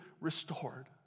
restored